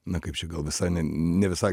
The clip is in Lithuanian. na kaip čia gal visai ne ne visai